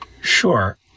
Sure